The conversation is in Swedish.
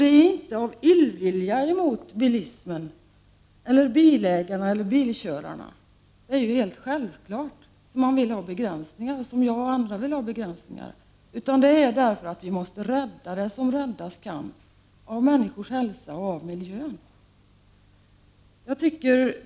Det är inte av illvilja mot bilismen, bilägarna eller bilförarna som jag och andra vill ha begränsningar, utan det är därför att vi måste rädda det som räddas kan av miljön och människornas hälsa.